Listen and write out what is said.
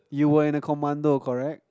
you were in the commando correct